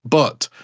but,